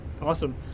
awesome